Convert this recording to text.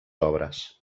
obres